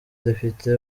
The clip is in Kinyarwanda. depite